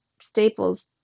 staples